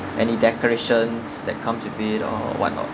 any decorations that comes with it or what or